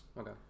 Okay